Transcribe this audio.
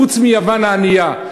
חוץ מיוון הענייה,